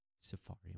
Safari